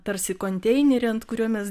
tarsi konteinerį ant kurio mes